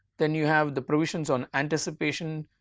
then you have the provisions on anticipation,